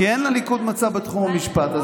כי אין לליכוד מצע בתחום המשפט.